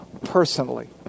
personally